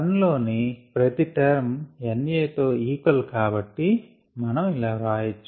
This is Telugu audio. లోని ప్రతి టర్మ్ NA తో ఈక్వల్ కాబట్టి మనం ఇలా వ్రాయవచ్చు